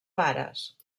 pares